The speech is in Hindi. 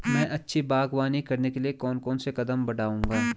मैं अच्छी बागवानी करने के लिए कौन कौन से कदम बढ़ाऊंगा?